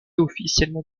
officiellement